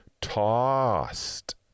tossed